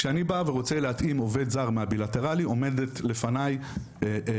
כשאני בא ורוצה להתאים עובד זר מהבילטרלי עומד לפני אתר